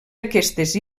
aquestes